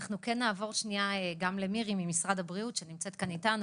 נעבור למירי כהן ממשרד הבריאות שנמצאת אתנו,